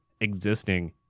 existing